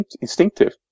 instinctive